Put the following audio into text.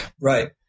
Right